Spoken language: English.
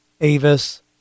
Avis